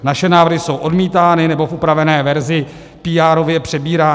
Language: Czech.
Naše návrhy jsou odmítány nebo v upravené verzi píárově přebírány.